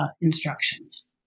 instructions